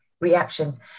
reaction